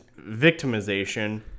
victimization